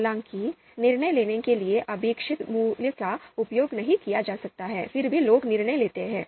हालांकि निर्णय लेने के लिए अपेक्षित मूल्य का उपयोग नहीं किया जा सकता है फिर भी लोग निर्णय लेते हैं